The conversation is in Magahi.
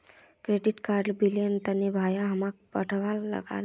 क्रेडिट कार्ड बिलेर तने भाया हमाक फटकार लगा ले